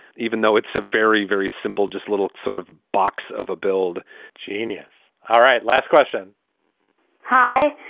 even though it's a very, very simple, just little sort of box of a build genius all right. last question hi,